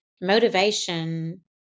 motivation